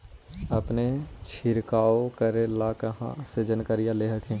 अपने छीरकाऔ करे लगी कहा से जानकारीया ले हखिन?